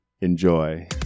enjoy